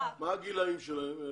מה הגילאים שלהם?